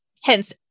Hence